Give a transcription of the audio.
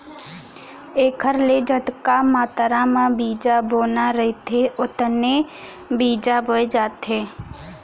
एखर ले जतका मातरा म बीजा बोना रहिथे ओतने बीजा बोए जाथे